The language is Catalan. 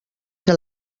que